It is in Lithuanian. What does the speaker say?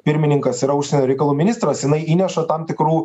pirmininkas yra užsienio reikalų ministras jinai įneša tam tikrų